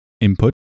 input